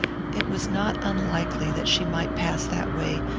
it was not unlikely that she might pass that way,